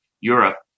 europe